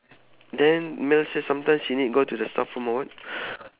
then ma'am said sometimes she need to go to the staff room or what